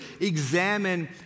examine